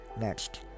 Next